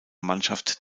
mannschaft